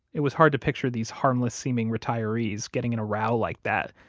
it was hard to picture these harmless seeming retirees getting in a row like that,